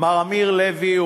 מר אמיר לוי,